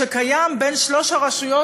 שקיים בין שלוש הרשויות,